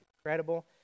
incredible